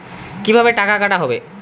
কিভাবে টাকা কাটা হবে?